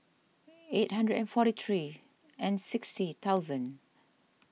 eight hundred and forty six and sixty thousand